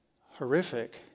horrific